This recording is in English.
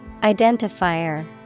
Identifier